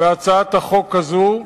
בהצעת החוק הזו,